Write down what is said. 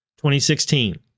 2016